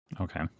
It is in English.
Okay